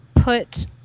put